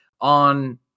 on